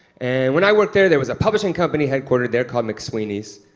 and when i worked there, there was a publishing company headquartered there called mcsweeney's,